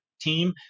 team